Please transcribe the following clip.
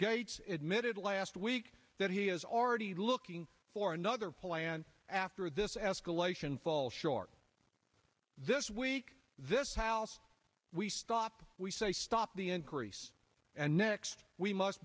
gates admitted last week that he is already looking for another plan after this escalation fall short this week this house we stop we say stop the increase and next we must